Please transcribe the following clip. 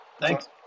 Thanks